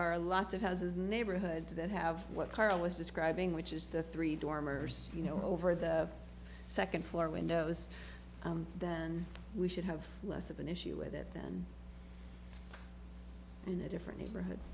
are lots of houses neighborhood to that have what karl was describing which is the three dormers you know over the second floor windows then we should have less of an issue with it than in a different neighborhood